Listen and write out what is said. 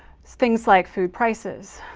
things like food prices,